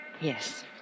Yes